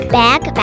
bag